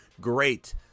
great